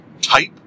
type